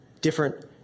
different